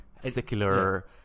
secular